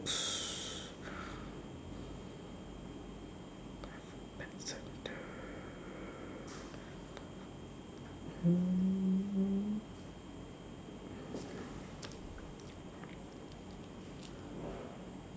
mm